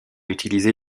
utiliser